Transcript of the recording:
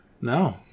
no